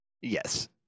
Yes